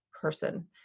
person